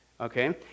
okay